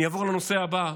אני אעבור לנושא הבא,